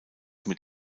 mit